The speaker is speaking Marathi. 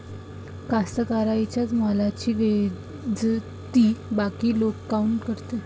कास्तकाराइच्या मालाची बेइज्जती बाकी लोक काऊन करते?